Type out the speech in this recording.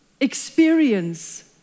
experience